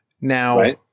Now